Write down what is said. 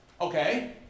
Okay